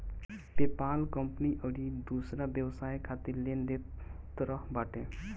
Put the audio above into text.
PayPal company अउरी दूसर व्यवसाय खातिर लेन देन करत बाटे